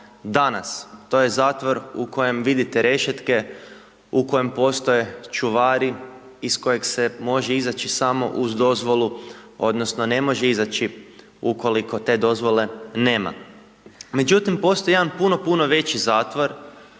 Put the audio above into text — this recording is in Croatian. danas, to je zatvor u kojem vidite rešetke, u kojem postoje čuvari, iz kojeg se može izaći samo uz dozvolu, odnosno ne može izaći ukoliko te dozvole nema. Međutim postoji jedan puno, puno veći zatvor